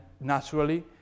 naturally